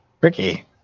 Ricky